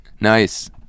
Nice